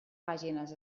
pàgines